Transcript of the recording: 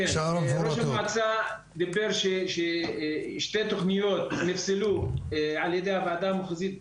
ראש המועצה דיבר ששתי תוכניות נפסלו על ידי הוועדה המחוזית,